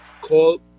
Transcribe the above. Called